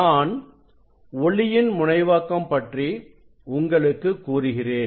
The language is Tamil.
நான் ஒளியின் முனைவாக்கம் பற்றி உங்களுக்கு கூறுகிறேன்